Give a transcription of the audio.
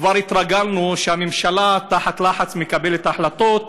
כבר התרגלנו שהממשלה תחת לחץ מקבלת החלטות,